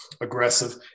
aggressive